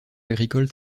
agricole